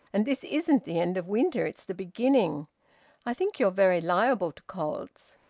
and this isn't the end of winter, it's the beginning i think you're very liable to colds.